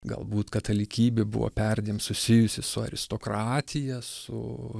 galbūt katalikybė buvo perdėm susijusi su aristokratija su